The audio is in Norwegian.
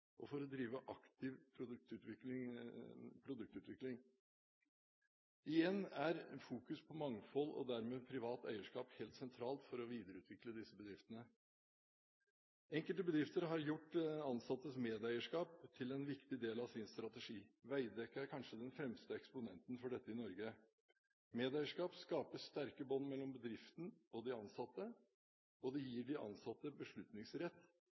og for å drive aktiv produktutvikling. Fokuset er igjen på mangfold, og dermed er privat eierskap helt sentralt for å videreutvikle disse bedriftene. Enkelte bedrifter har gjort ansattes medeierskap til en viktig del av sin strategi. Veidekke er kanskje den fremste eksponenten for dette i Norge. Medeierskap skaper sterke bånd mellom bedriften og de ansatte, og det gir de ansatte